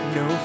no